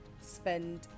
spend